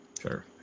Sure